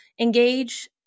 engage